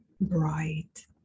bright